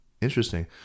Interesting